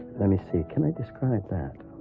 let me see. can i describe that?